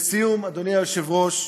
לסיום, אדוני היושב-ראש,